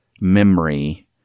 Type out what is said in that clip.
memory